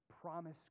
promise